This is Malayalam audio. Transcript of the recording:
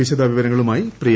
വിശദവിവരങ്ങളുമായി പ്രിയ